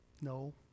No